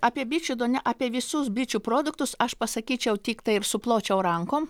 apie bičių duone apie visus bičių produktus aš pasakyčiau tiktai ir supločiau rankom